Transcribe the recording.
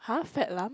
[huh] fake alarm